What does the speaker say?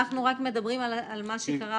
אנחנו רק מדברים על מה שקרה,